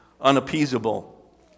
unappeasable